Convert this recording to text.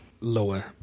Lower